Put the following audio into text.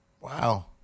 Wow